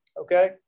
Okay